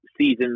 season